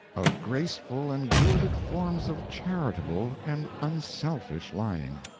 of graceful and gilded forms of charitable and unselfish lying.